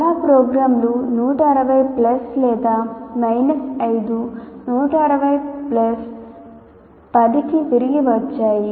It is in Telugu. చాలా ప్రోగ్రామ్లు 160 ప్లస్ లేదా మైనస్ 5 160 ప్లస్ 10 కి తిరిగి వచ్చాయి